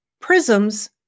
Prisms